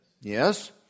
Yes